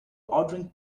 ordering